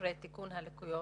אחרי תיקון הליקויים?